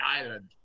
Island